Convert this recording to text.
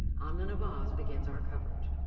amna nawaz begins our coverage.